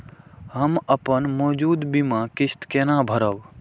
हम अपन मौजूद बीमा किस्त केना भरब?